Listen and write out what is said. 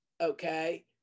Okay